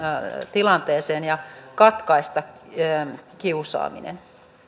tilanteeseen ja katkaista kiusaaminen